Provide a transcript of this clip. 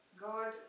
God